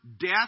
death